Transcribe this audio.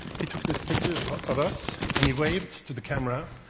he took this picture of us and he waved to the camera,